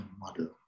model